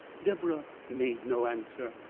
deborah made no answer.